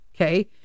Okay